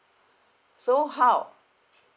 so how